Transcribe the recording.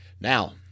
Now